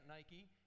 Nike